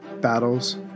Battles